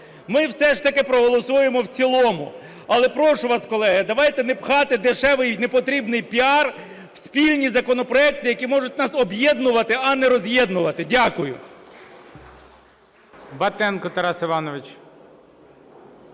Ми все ж таки проголосуємо в цілому. Але прошу вас, колеги, давайте не пхати дешевий і непотрібний піар в спільні законопроекти, які можуть нас об'єднувати, а не роз'єднувати. Дякую.